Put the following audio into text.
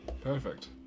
Perfect